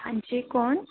हां जी कौन